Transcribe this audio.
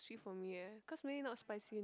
sweet for me eh because maybe not spicy enough